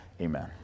Amen